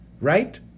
Right